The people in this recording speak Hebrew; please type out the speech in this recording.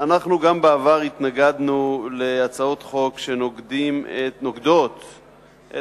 אנחנו גם בעבר התנגדנו להצעות חוק שנוגדות את